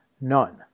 none